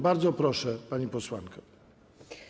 Bardzo proszę, pani posłanko.